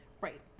right